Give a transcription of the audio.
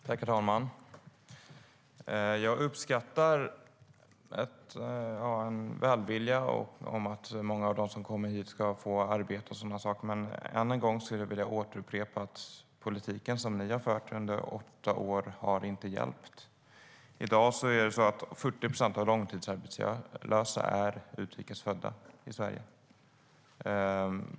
Herr talman! Jag uppskattar välvilja och att de som kommer hit ska få arbete och så vidare. Men än en gång vill jag upprepa att den politik ni har fört under åtta år inte har hjälpt. I dag är 40 procent av de långtidsarbetslösa i Sverige utrikes födda.